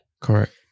Correct